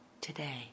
today